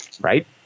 Right